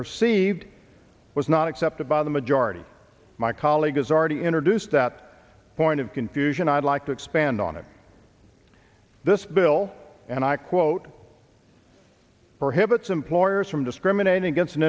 perceived was not accepted by the majority my colleague has already introduced that point of confusion i'd like to expand on it this bill and i quote prohibits employers from discriminating against an